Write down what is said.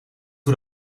hoe